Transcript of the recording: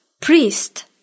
Priest